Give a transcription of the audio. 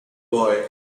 boy